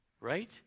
Right